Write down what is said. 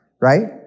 right